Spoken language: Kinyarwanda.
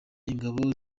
ingabo